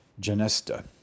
Janesta